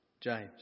James